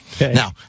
Now